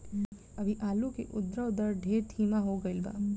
अभी आलू के उद्भव दर ढेर धीमा हो गईल बा